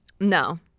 No